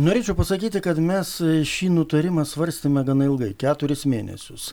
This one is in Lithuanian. norėčiau pasakyti kad mes šį nutarimą svarstėme gana ilgai keturis mėnesius